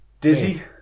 Dizzy